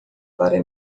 para